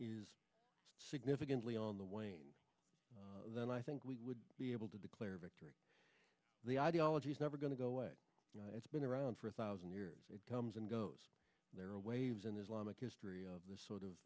is significantly on the wane then i think we would be able to declare victory the ideology is never going to go away it's been around for a thousand years it comes and goes there are waves in islamic history of this sort of